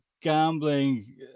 gambling